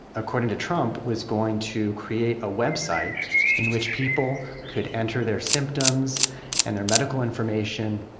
according to trump, was going to create a web site in which people could enter their symptoms and their medical information,